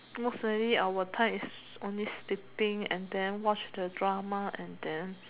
most likely our type is only sleeping and then watch the drama and then